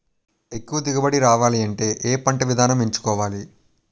ఎక్కువ దిగుబడి రావాలంటే ఏ పంట విధానం ఎంచుకోవాలి?